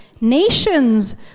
Nations